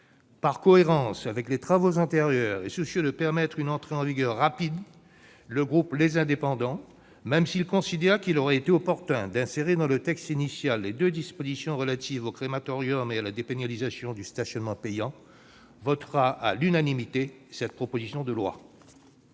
Par cohérence avec les travaux antérieurs et soucieux de permettre une entrée en vigueur rapide, le groupe Les Indépendants, même s'il considère qu'il aurait été opportun d'insérer dans le texte initial les deux dispositions relatives aux crématoriums et à la dépénalisation du stationnement payant, votera à l'unanimité cette proposition de loi.